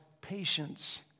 patience